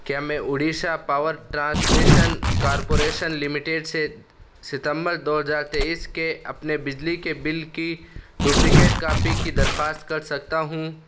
کیا میں Odisha power transmission corporation limited سے ستمبر دو ہجار تیئیس کے اپنے بجلی کے بل کی ڈپلیکیٹ کاپی کی درخواست کر سکتا ہوں